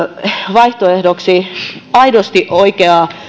vaihtoehdoksi aidosti oikeaa